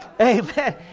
Amen